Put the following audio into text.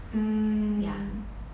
hmm